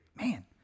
man